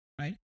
right